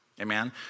amen